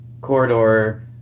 corridor